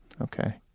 Okay